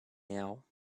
now